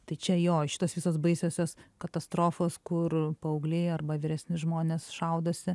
tai čia jo šitos visos baisiosios katastrofos kur paaugliai arba vyresni žmonės šaudosi